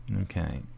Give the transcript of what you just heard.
Okay